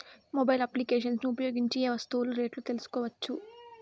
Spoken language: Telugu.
మొబైల్ అప్లికేషన్స్ ను ఉపయోగించి ఏ ఏ వస్తువులు రేట్లు తెలుసుకోవచ్చును?